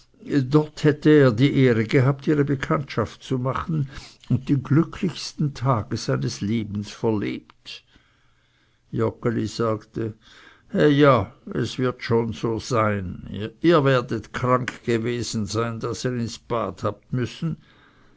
dort hätte er die ehre gehabt ihre bekanntschaft zu machen und die glücklichsten tage seines lebens verlebt joggeli sagte he ja es wird so sein ihr werdet krank gewesen sein daß ihr ins bad habt müssen